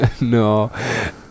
No